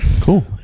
cool